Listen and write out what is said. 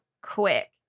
quick